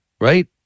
right